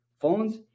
Phones